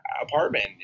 Apartment